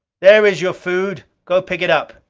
there is your food. go pick it up!